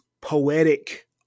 poetic